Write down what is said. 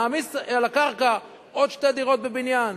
נעמיס על הקרקע עוד שתי דירות בבניין.